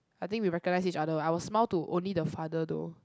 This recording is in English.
I think we recognise each other I will smile to only the father though